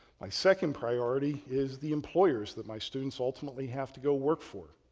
my second priority is the employers that my students ultimately have to go work for,